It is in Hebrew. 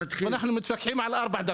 ואנחנו מדברים על ארבע דקות.